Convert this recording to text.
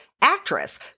actress